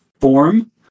form